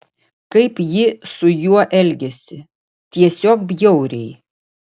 kaip ji su juo elgiasi tiesiog bjauriai